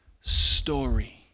story